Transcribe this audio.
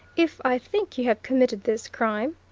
if i think you have committed this crime?